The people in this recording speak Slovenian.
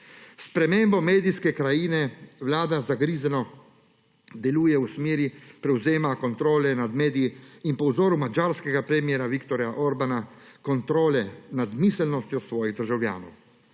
spremembo medijske krajine Vlada zagrizeno deluje v smeri prevzema kontrole nad mediji in po vzoru madžarskega premiera Viktorja Orbána kontrole nad miselnostjo svojih državljanov.